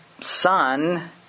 son